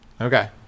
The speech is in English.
Okay